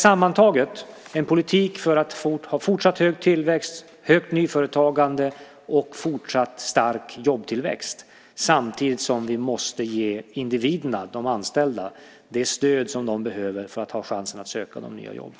Sammantaget: En politik för en fortsatt hög tillväxt, högt nyföretagande och fortsatt stark jobbtillväxt samtidigt som vi måste ge individerna, de anställda, det stöd som de behöver för att ha chansen att söka de nya jobben.